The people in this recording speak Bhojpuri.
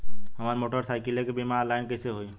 हमार मोटर साईकीलके बीमा ऑनलाइन कैसे होई?